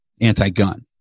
anti-gun